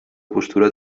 postura